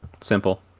simple